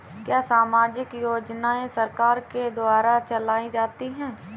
क्या सामाजिक योजनाएँ सरकार के द्वारा चलाई जाती हैं?